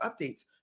updates